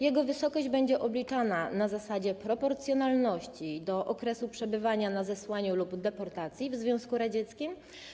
Jego wysokość będzie obliczana na zasadzie proporcjonalności do okresu przebywania na zesłaniu lub deportacji w Związku Radzieckim.